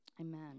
Amen